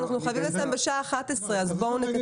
אנחנו חייבים לסיים בשעה 11:00 אז בואו נקצר.